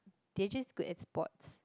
they are just good at sports